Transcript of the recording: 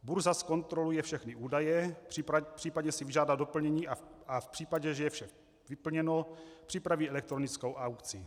Burza zkontroluje všechny údaje, případně si vyžádá doplnění, a v případě, že je vše vyplněno, připraví elektronickou aukci.